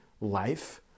life